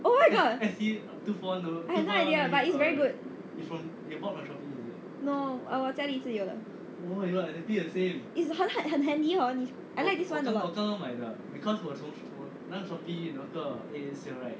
oh my god I have no idea but it's very good no 我家里已经有了 it's 很很 handy hor I like this [one] a lot